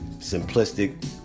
Simplistic